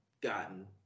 gotten